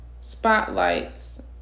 spotlights